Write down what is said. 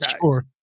Sure